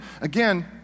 again